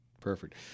Perfect